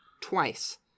twice